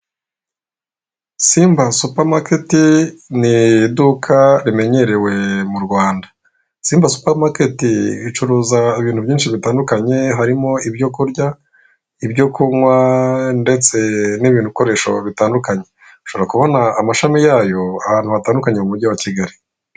Simba supa maketi ni iduka rimenyerewe mu Rwanda. Simba supa maketi icuruza ibintu byinshi bitandukanye harimo ibyo kurya, ibyo kunywa ndetse n'ibindi bikoresho bitandukanye. Ushobora kubona amashami yayo ahantu hatandukanye mu mugi wa Kigali.